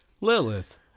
Lilith